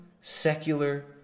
secular